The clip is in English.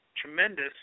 tremendous